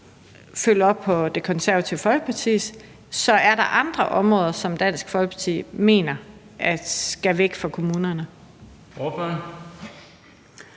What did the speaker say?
forhold til Det Konservative Folkeparti: Er der andre områder, som Dansk Folkeparti mener skal væk fra kommunerne?